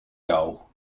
jou